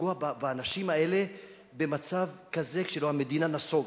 לפגוע באנשים האלה במצב כזה, שבו המדינה נסוגה.